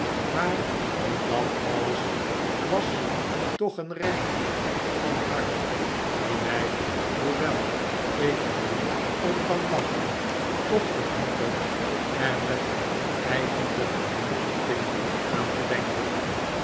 maar in dat alles was toch een reinheid van hart die mij hoewel ik er nu om kan lachen toch verhindert er met eigenlijke minachting aan te denken